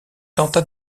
tenta